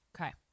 Okay